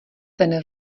ten